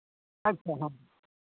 ᱟᱪᱪᱷᱟ ᱦᱮᱸ